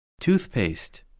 Toothpaste